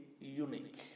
unique